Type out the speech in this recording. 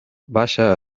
baixa